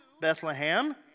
Bethlehem